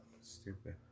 Stupid